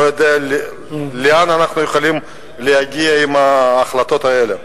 אני לא יודע לאן אנחנו יכולים להגיע עם ההחלטות האלה.